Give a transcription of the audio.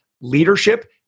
leadership